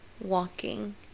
walking